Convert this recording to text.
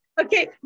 Okay